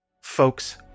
Folks